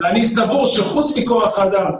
ואני סבור שחוץ מכוח אדם,